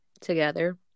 together